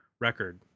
record